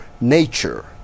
nature